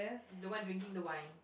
the one drinking the wine